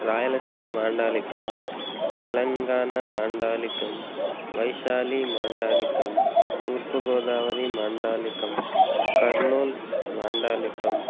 రాయలసీమ మాండలికం తెలంగాణ మాండలికం వైశాలి మాండలికం తూర్పుగోదావరి మాండలికం కర్నూల్ మాండలికం